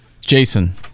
Jason